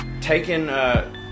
taking